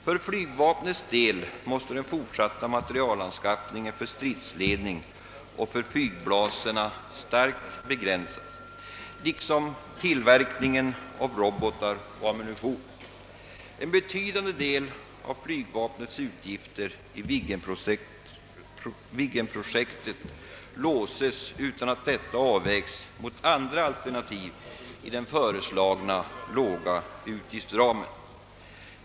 För flygvapnets del måste den fortsatta materielanskaffningen för stridsledning och för flygbaserna starkt begränsas, likaså tillverkningen av robotar och ammunition, En betydande del av flyg vapnets utgifter i Viggenprojektet låses utan att detta vägts mot andra alternativ i den föreslagna låga utgiftsramen.